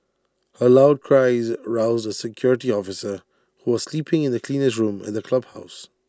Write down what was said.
her loud cries roused A security officer who was sleeping in the cleaner's room at the clubhouse